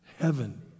heaven